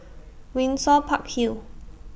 Windsor Park Hill